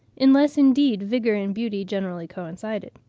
unless indeed vigour and beauty generally coincided.